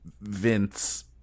Vince